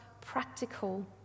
practical